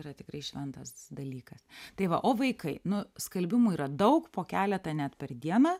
yra tikrai šventas dalykas tai va o vaikai nu skalbimų yra daug po keletą net per dieną